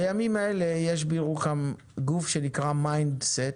בימים האלה יש בירוחם גוף שנקרא Mindset,